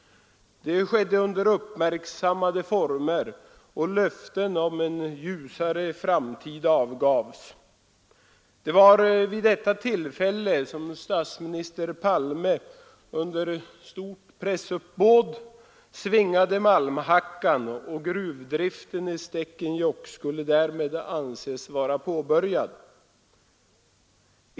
Detta skedde under uppmärksammade former, och löften om en ljusare framtid avgavs. Det var vid detta tillfälle som statsminister Palme under stort pressuppbåd svingade malmhackan, och gruvdriften i Stekenjokk skulle därmed anses vara påbörjad.